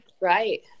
Right